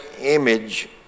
image